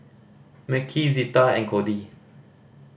Mekhi Zita and Codi